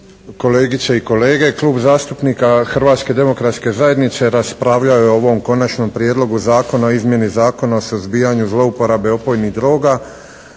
kolegice i kolege, Klub zastupnika Hrvatske demokratske zajednice raspravljao je o ovom Konačnom prijedlogu Zakona o izmjeni Zakona o suzbijanju zlouporabe opojnih droga